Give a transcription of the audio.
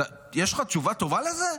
יש לך תשובה טובה לזה?